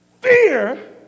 Fear